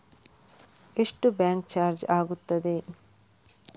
ಎಷ್ಟು bank charge ಆಗುತ್ತದೆ?